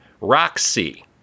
Roxy